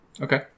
Okay